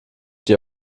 dir